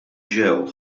ġew